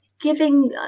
giving